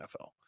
NFL